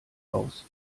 aus